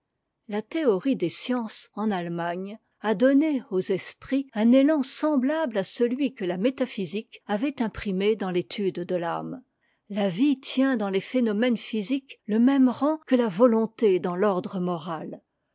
la théorie des sciences en allemagne a donné aux esprits un élan semblable à celui que la métaphysique avait imprimé dans l'étude de l'âme la vie tient dans les phénomènes physiques le même rang que la volonté dans l'ordre moral